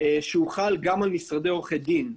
שהוא חל גם על משרדי עורכי דין.